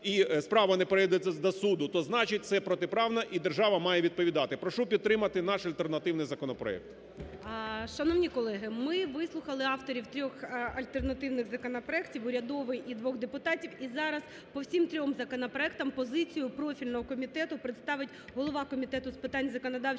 і справа не передається до суду, то значить це протиправно і держава має відповідати. Прошу підтримати наш альтернативний законопроект. ГОЛОВУЮЧИЙ. Шановні колеги, ми вислухали авторів трьох альтернативних законопроектів, урядовий і двох депутатів, і зараз по всім трьом законопроектам позицію профільного комітету представить голова Комітету з питань законодавчого